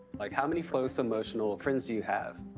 like, how many close emotional friends do you have?